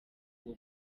bwo